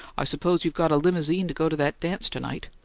i suppose you've got a limousine to go to that dance to-night?